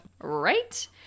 Right